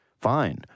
Fine